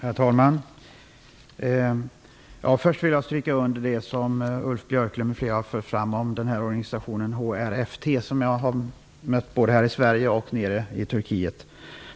Herr talman! För det första vill jag stryka under det som Ulf Björklund m.fl. har fört fram om organisationen HRFT, som jag har mött både här i Sverige och nere i Turkiet.